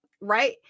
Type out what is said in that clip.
right